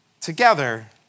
together